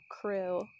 crew